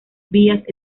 vías